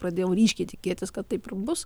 pradėjau ryškiai tikėtis kad taip ir bus